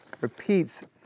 repeats